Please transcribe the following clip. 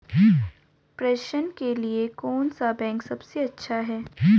प्रेषण के लिए कौन सा बैंक सबसे अच्छा है?